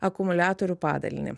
akumuliatorių padalinį